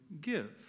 give